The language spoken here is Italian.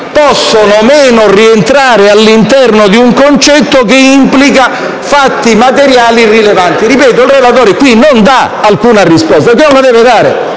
possano o meno rientrare all'interno di un concetto che implica fatti materiali rilevanti. Ripeto, il relatore a tal proposito non dà alcuna risposta, perché non la deve dare;